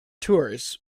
tours